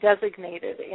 designated